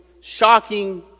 shocking